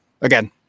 again